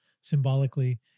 Symbolically